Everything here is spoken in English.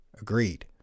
Agreed